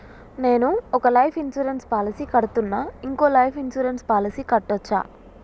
నేను ఒక life insurance policy కడ్తున్నా, ఇంకో లైఫ్ ఇన్సూరెన్స్ పాలసీ కట్టొచ్చా?